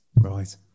Right